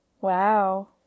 Wow